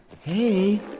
Hey